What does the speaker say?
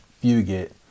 Fugit